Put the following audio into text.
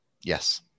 Yes